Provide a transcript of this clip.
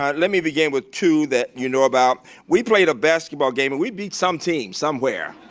um let me begin with two that you know about. we played a basketball game. we beat some team somewhere,